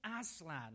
Aslan